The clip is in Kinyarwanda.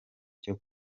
cyo